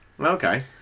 okay